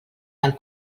del